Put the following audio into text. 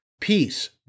peace